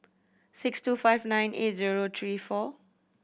six two five nine eight zero three four